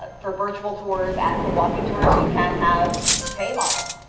for virtual tours and for walking tours, you can have pay models.